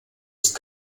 ist